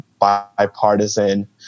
bipartisan